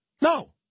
No